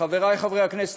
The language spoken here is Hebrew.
חברי חברי הכנסת,